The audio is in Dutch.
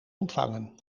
ontvangen